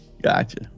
Gotcha